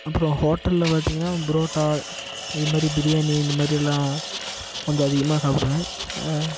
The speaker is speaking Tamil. அப்புறோம் ஹோட்டலில் பார்த்திங்கன்னா பரோட்டா அது மாதிரி பிரியாணி இந்தமாதிரி எல்லாம் கொஞ்சம் அதிகமாக சாப்பிடுவேன்